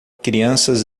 crianças